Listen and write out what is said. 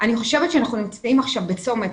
אני חושבת שאנחנו נמצאים עכשיו בצומת,